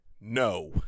No